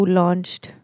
launched